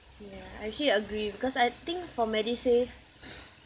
ya I actually agree because I think for medisave